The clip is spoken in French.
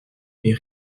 mais